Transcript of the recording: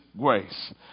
grace